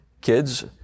kids